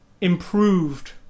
improved